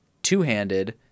two-handed